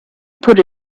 puts